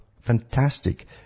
Fantastic